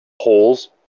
holes